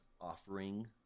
offering